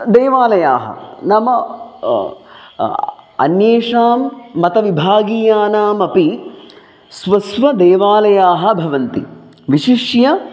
देवालयाः नाम अन्येषां मतविभागीयानामपि स्व स्व देवालयाः भवन्ति विशिष्य